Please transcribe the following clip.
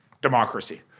democracy